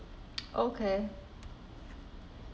okay